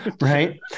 Right